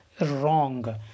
wrong